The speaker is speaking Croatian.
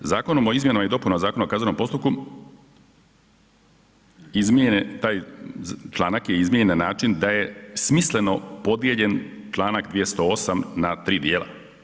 Zakonom o izmjenama i dopunama Zakona o kaznenom postupku izmijenjen je taj, članak je izmijenjen na način da je smisleno podijeljen Članak 208. na tri dijela.